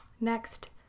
Next